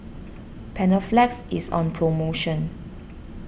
Panaflex is on promotion